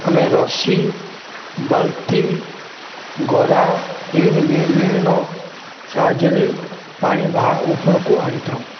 ଆମେ ରଶି ବାଲ୍ଟି ଗରା ବିଭିନ୍ନ ସାହାଯ୍ୟରେ ପାଣି ବାହା ଉପରକୁ ଆଣିଥାଉ